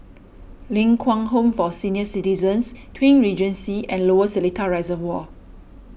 Ling Kwang Home for Senior Citizens Twin Regency and Lower Seletar Reservoir